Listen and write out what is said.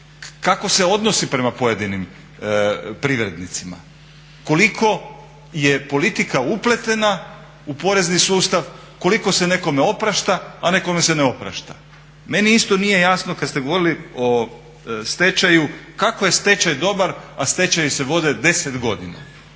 kako se odnosi prema pojedinim privrednicima, koliko je politika upletena u porezni sustav, koliko se nekome oprašta, a nekome se ne oprašta. Meni isto nije jasno kad ste govorili o stečaju kako je stečaj dobar, a stečaji se vode 10 godina,